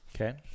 Okay